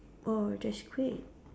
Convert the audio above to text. oh that's great